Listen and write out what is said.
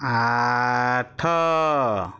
ଆଠ